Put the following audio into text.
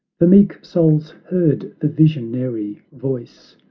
the meek souls heard the visionary voice,